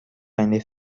keine